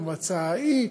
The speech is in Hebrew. במועצה ההיא,